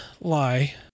lie